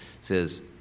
says